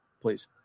please